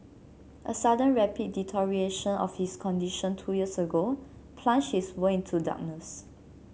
a sudden rapid deterioration of his condition two years ago plunged his world into darkness